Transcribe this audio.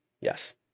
Yes